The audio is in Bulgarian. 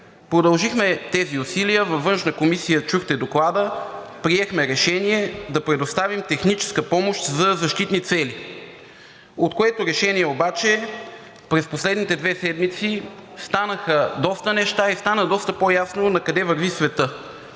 Продължихме тези усилия. Във Външната комисия чухте Доклада, приехме решение да предоставим техническа помощ за защитни цели, от което решение обаче през последните две седмици станаха доста неща и стана доста по-ясно накъде върви светът.